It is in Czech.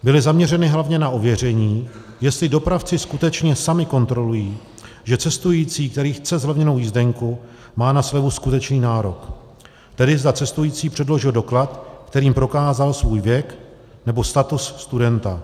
Byly zaměřeny hlavně na ověření, jestli dopravci skutečně sami kontrolují, že cestující, který chce zlevněnou jízdenku, má na slevu skutečný nárok, tedy zda cestující předložil doklad, kterým prokázal svůj věk nebo status studenta.